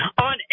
on